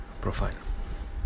profile